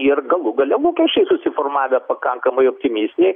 ir galų gale lūkstečiai susiformavę pakankamai optimistiniai